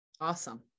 Awesome